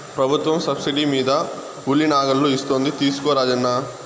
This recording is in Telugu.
ప్రభుత్వం సబ్సిడీ మీద ఉలి నాగళ్ళు ఇస్తోంది తీసుకో రాజన్న